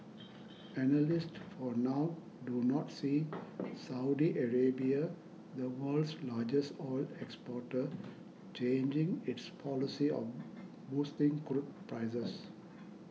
analysts for now do not see Saudi Arabia the world's largest oil exporter changing its policy of boosting crude prices